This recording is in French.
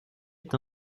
est